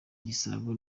igisabo